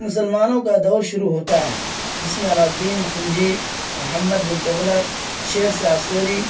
مسلمانوں کا دور شروع ہوتا ہے جس میں علاؤ الدین خلجی محمد بن تغلق شیرشاہ سوری